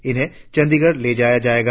इन्हे चंडीगढ़ ले जाया जाएगा